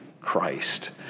Christ